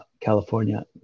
California